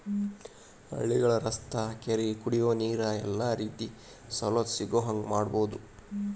ಹಳ್ಳಿಗಳ ರಸ್ತಾ ಕೆರಿ ಕುಡಿಯುವ ನೇರ ಎಲ್ಲಾ ರೇತಿ ಸವಲತ್ತು ಸಿಗುಹಂಗ ಮಾಡುದ